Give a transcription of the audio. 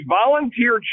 volunteer